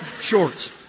shorts